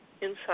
inside